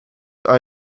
are